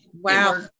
wow